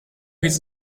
his